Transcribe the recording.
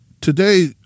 Today